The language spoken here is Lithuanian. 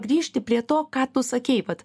grįžti prie to ką tu sakei vat